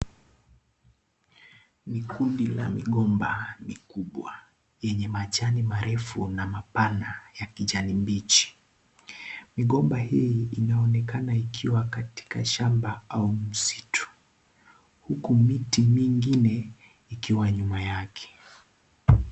Ni kundi la migomba, ni kubwa, lenye majani marefu na mapana ya kijani bichi. Migomba hii inaonekana ikiwa katika shamba au msitu, huku miti mingine ikiwa nyuma yake.